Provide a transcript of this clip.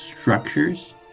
structures